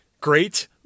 great